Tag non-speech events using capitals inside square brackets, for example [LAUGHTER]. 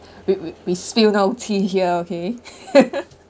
we we we spill no tea here okay [LAUGHS]